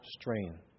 strain